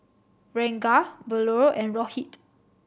Ranga Bellur and Rohit